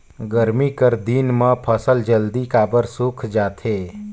गरमी कर दिन म फसल जल्दी काबर सूख जाथे?